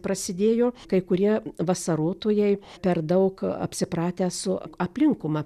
prasidėjo kai kurie vasarotojai per daug apsipratę su aplinkuma